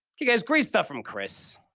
okay, guys. great stuff from chris.